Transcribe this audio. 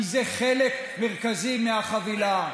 כי זה חלק מרכזי מהחבילה.